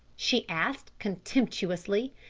she asked contemptuously.